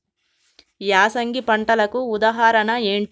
యాసంగి పంటలకు ఉదాహరణ ఏంటి?